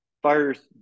first